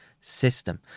system